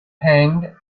hanged